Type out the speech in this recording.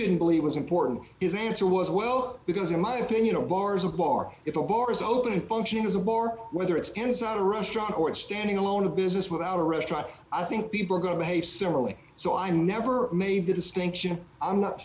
didn't believe was important is answer was well because in my opinion a bar's a bar if a bar is open and functioning is a bar whether it's inside a restaurant or it standing alone a business without a restaurant i think people are going to behave similarly so i never made the distinction i'm not